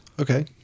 Okay